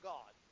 God